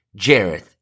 Jareth